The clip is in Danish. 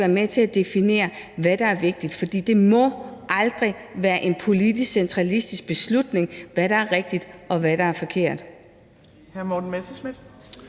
være med til at definere, hvad der er vigtigt, for det må aldrig være en politisk centralistisk beslutning at bestemme, hvad der er rigtigt, og hvad der er forkert.